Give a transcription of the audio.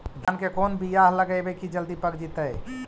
धान के कोन बियाह लगइबै की जल्दी पक जितै?